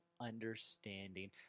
understanding